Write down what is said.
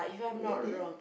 really